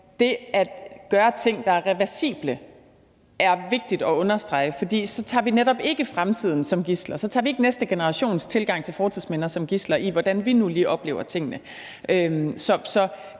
for bl.a., gøres reversible. Det er vigtigt at understrege, for så tager vi netop ikke fremtiden som gidsel, så tager vi ikke næste generations tilgang til fortidsminder som gidsel, efter hvordan vi nu lige oplever tingene.